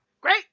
great